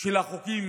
של החוקים